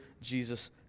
Jesus